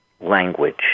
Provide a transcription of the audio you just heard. language